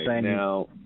now